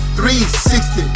360